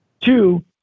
Two